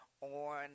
on